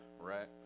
right